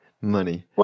money